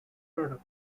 product